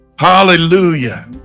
Hallelujah